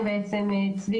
בסעיף 6(ב)(3)